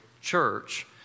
church